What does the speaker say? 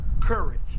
courage